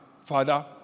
Father